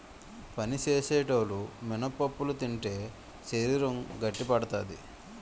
పని సేసేటోలు మినపప్పులు తింటే శరీరం గట్టిపడతాది